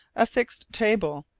a fixed table,